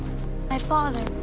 my father,